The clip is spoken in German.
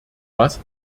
was